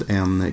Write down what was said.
en